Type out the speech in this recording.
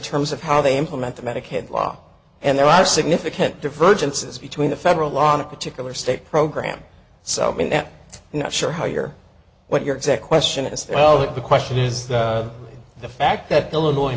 terms of how they implement the medicaid law and there are significant divergence is between the federal law on a particular state program so not sure how your what your exact question is well the question is the fact that the illinois